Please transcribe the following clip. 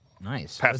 Nice